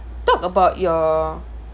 talk about your